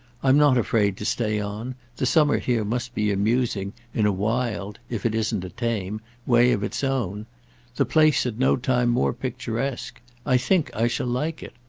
i'm not afraid to stay on the summer here must be amusing in a wild if it isn't a tame way of its own the place at no time more picturesque. i think i shall like it.